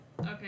Okay